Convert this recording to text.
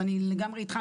אז אני לגמרי איתך,